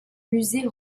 musée